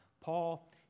Paul